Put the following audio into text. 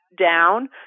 down